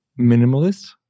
minimalist